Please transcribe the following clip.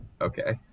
Okay